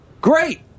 Great